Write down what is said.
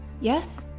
yes